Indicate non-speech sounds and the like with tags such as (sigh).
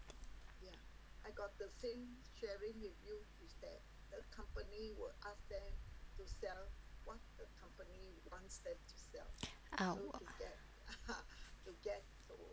!ow! (breath)